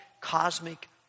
cosmic